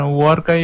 work